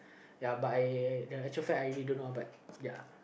ya but I the truth I really don't know uh but ya